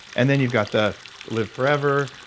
and then you've got the live forever,